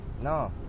No